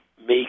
make